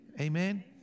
Amen